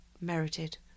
merited